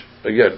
again